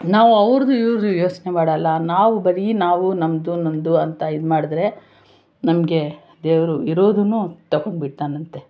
ನಾವು ಅವ್ರದು ಇವ್ರದು ಯೋಚನೆ ಮಾಡಲ್ಲ ನಾವು ಬರಿ ನಾವು ನಮ್ಮದು ನನ್ನದು ಅಂತ ಇದು ಮಾಡಿದ್ರೆ ನಮಗೆ ದೇವರು ಇರೋದನ್ನೂ ತಕೊಂಡ್ಬಿಡ್ತಾನಂತೆ